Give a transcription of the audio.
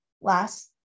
Last